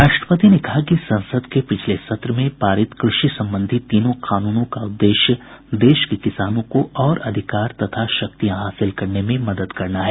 राष्ट्रपति ने कहा कि संसद के पिछले सत्र में पारित कृषि संबंधी तीनों कानूनों का उद्देश्य देश के किसानों को और अधिकार तथा शक्तियां हासिल करने में मदद करना है